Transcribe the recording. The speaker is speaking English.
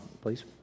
please